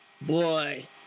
Boy